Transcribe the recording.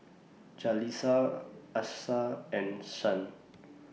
Jaleesa Achsah and Shan